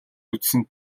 үзсэн